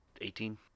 Eighteen